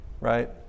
right